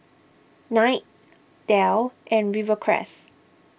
Knight Dell and Rivercrest